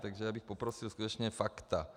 Takže já bych poprosil skutečně fakta.